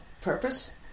Purpose